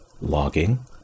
logging